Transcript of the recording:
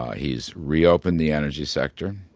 ah he's reopened the energy sector.